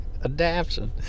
adaption